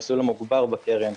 המסלול המוגבר בקרן,